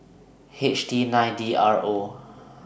H T nine D R O